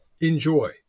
Enjoy